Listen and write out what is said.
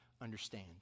understand